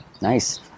Nice